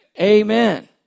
Amen